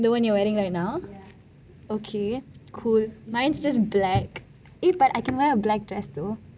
the one you are wearing right now okay cool mine is just black eh but I can wear a black dress though